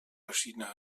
verschiedene